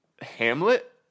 hamlet